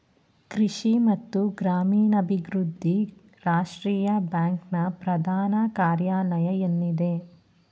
ಕೃಷಿ ಮತ್ತು ಗ್ರಾಮೀಣಾಭಿವೃದ್ಧಿ ರಾಷ್ಟ್ರೀಯ ಬ್ಯಾಂಕ್ ನ ಪ್ರಧಾನ ಕಾರ್ಯಾಲಯ ಎಲ್ಲಿದೆ?